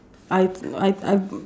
I I I